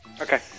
Okay